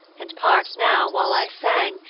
and part now while i sang,